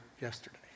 yesterday